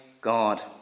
God